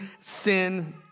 sin